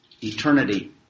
Eternity